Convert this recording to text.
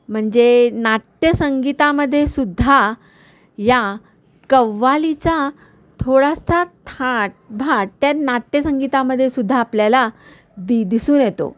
म्हणजे नाट्यसंगीतामध्ये सुद्धा या कव्वालीचा थोडासा थाटबाट त्या नाट्यसंगीतामध्ये सुद्धा आपल्याला दि दिसून येतो